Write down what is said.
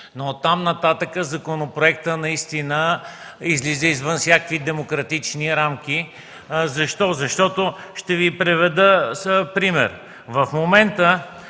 Но оттам-нататък законопроектът наистина излиза извън всякакви демократични рамки. Защо? Ще Ви приведа пример. В момента